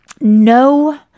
no